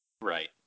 right